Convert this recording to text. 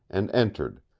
and entered,